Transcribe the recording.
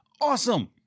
Awesome